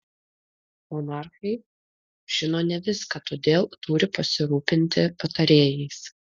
monarchai žino ne viską todėl turi pasirūpinti patarėjais